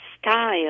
style